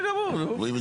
תראה,